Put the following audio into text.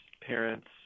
parents